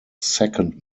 second